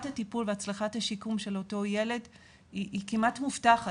הטיפול והשיקום של אותו הילד היא כמעט מובטחת.